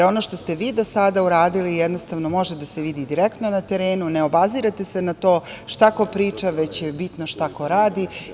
Ono što ste vi do sada uradili jednostavno može da se vidi direktno na terenu, ne obazirete se na to šta ko priča, već je bitno šta ko radi.